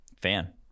Fan